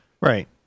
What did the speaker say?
right